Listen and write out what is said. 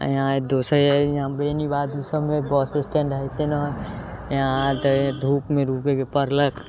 यहाँ दोसर हइ बेनीबाध ओसभमे बस स्टैंड हइते न यहाँ तऽ धूपमे रुकयके पड़लक